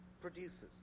producers